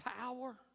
power